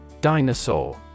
Dinosaur